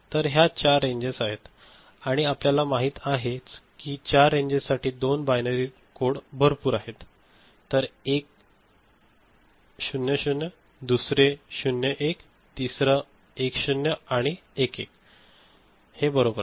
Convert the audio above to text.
तर ह्या ४ रेंजेस आहे आणि आपल्याला माहित आहेच कि 4 रेंजेस साठी 2 बायनरी कोड भरपूर आहे तर एक 0 0 दुसरे 0 1 तिसरा 1 0 आणि 1 1 बरोबर